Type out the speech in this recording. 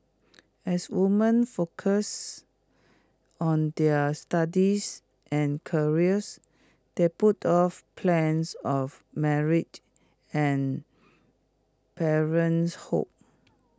as woman focused on their studies and careers they put off plans of marriage and parenthood